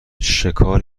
شکار